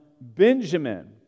Benjamin